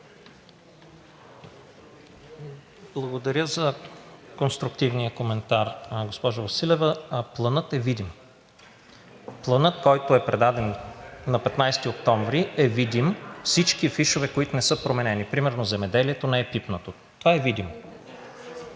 Благодаря за конструктивния коментар, госпожо Василева. Планът е видим, който е предаден на 15 октомври с всички фишове, които не са променени, например земеделието не е пипнато, това е видимо.